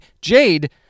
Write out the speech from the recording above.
Jade